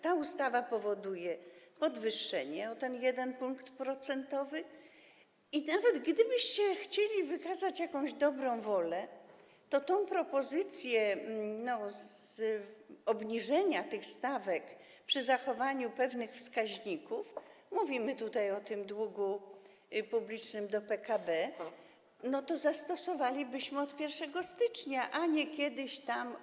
Ta ustawa powoduje podwyższenie o ten 1 punkt procentowy i nawet gdybyście chcieli wykazać jakąś dobrą wolę, to propozycję obniżenia tych stawek przy zachowaniu pewnych wskaźników - mówimy o tym długu publicznym do PKB - zastosowalibyśmy od 1 stycznia, a nie kiedyś tam.